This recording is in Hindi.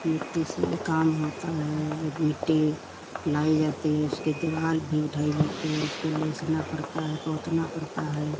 मिट्टी से काम होता है मिट्टी लाई जाती है उसकी दीवाल भी उठाई जाती है उसको लेसना पड़ता है पोतना पड़ता है